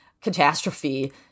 catastrophe